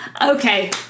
Okay